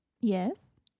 Yes